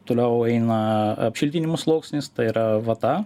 toliau eina apšiltinimo sluoksnis tai yra vata